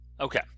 Okay